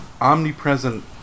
omnipresent